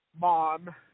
Mom